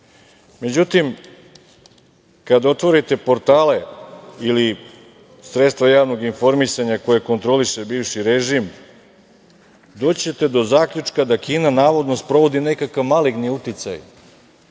Kina.Međutim, kada otvorite portale ili sredstva javnog informisanja, koje kontroliše bivši režim, doći ćete do zaključka da Kina, navodno sprovodi nekakav maligni uticaj